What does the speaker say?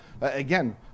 again